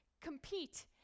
compete